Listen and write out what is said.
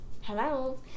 Hello